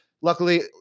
Luckily